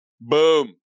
Boom